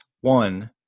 one